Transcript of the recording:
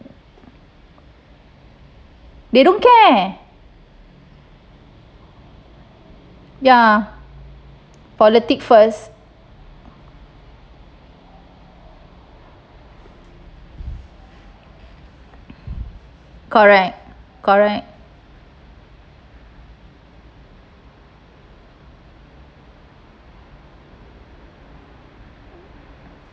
they don't care ya politics first correct correct